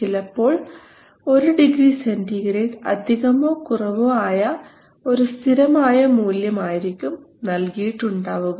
ചിലപ്പോൾ 1 degree centigrade അധികമോ കുറവോ ആയ ഒരു സ്ഥിരമായ മൂല്യം ആയിരിക്കും നൽകിയിട്ടുണ്ടാവുക